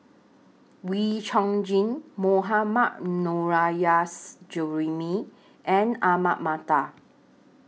Wee Chong Jin Mohammad Nurrasyid Juraimi and Ahmad Mattar